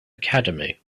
academy